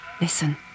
Listen